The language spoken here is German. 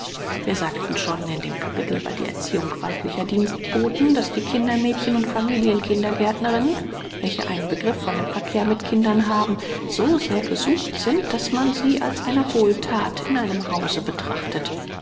wir sagten schon in dem kapitel über die erziehung weiblicher dienstboten daß die kindermädchen und familien kindergärtnerinnen welche einen begriff von dem verkehr mit kindern haben so sehr gesucht sind daß man sie als eine wohlthat in einem hause betrachtet